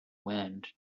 wind